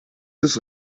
des